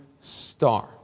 star